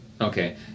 Okay